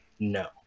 no